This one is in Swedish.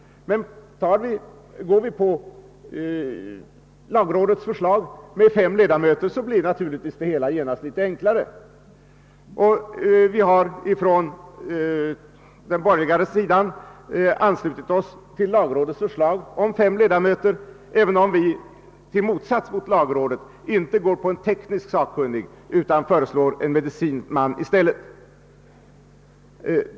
Men går vi på lagrådets förslag om fem ledamöter blir naturligtvis det hela genast litet enklare. På den borgerliga sidan har vi anslutit oss till lagrådets förslag om fem ledamöter, även om vi i motsats till rådet inte går på en teknisk sakkunnig utan i stället föreslår en medicinsk.